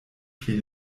pli